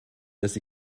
dass